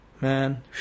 man